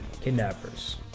kidnappers